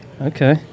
Okay